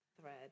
Thread